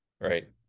right